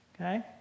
okay